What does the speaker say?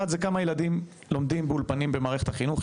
1. כמה ילדים לומדים באולפנים במערכת החינוך,